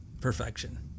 perfection